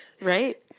right